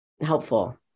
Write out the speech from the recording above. helpful